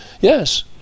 Yes